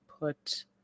put